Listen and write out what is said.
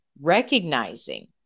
recognizing